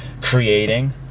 creating